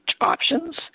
options